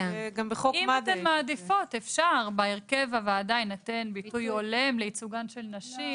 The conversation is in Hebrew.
אם אתן מעדיפות אפשר: "בהרכב הוועדה יינתן ביטוי הולם לייצוגן של נשים",